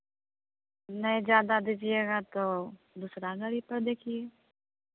नहीं ज़्यादा दीजिएगा तो दूसरा गाड़ी पर देखिए